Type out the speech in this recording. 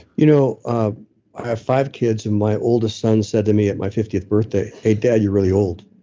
you know ah i have five kids, and my oldest son said to me at my fiftieth birthday, hey, dad you're really old.